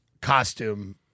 costume